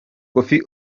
koffi